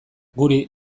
guri